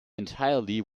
entirely